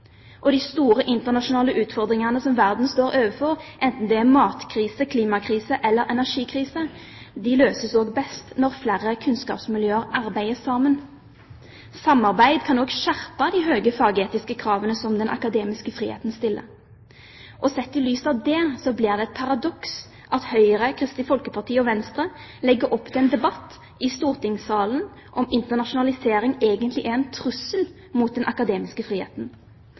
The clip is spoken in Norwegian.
De store, internasjonale utfordringene som verden står overfor – enten det er matkrise, klimakrise eller energikrise – løses best når flere kunnskapsmiljøer arbeider sammen. Samarbeid kan skjerpe de høye fagetiske kravene den akademiske friheten stiller. Sett i lys av det blir det et paradoks at Høyre, Kristelig Folkeparti og Venstre legger opp til en debatt i stortingssalen om hvorvidt internasjonalisering egentlig er en trussel mot den akademiske friheten.